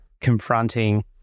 confronting